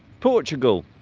portugal